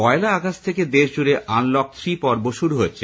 পয়লা August থেকে দেশজুড়ে unlock three পর্ব শুরু হচ্ছে